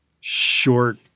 short